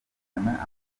amakuru